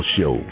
Show